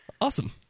Awesome